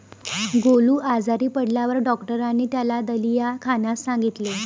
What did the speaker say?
गोलू आजारी पडल्यावर डॉक्टरांनी त्याला दलिया खाण्यास सांगितले